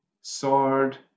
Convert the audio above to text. sword